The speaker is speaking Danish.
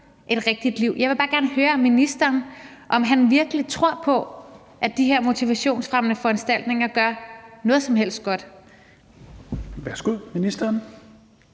et rigtigt liv. Jeg vil bare høre ministeren, om han virkelig tror på, at de her motivationsfremmende foranstaltninger gør noget som helst godt. Kl. 13:06 Fjerde